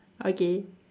okay